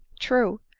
true,